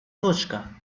точка